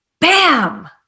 bam